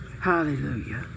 Hallelujah